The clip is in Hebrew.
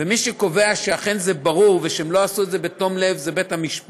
ומי שקובע שאכן זה ברור ושהן לא עשו את זה בתום לב זה בית-המשפט,